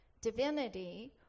divinity